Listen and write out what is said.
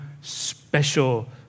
special